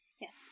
Yes